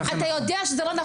זה -- אתה יודע שזה לא נכון.